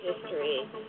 history